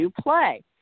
play